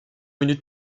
minutes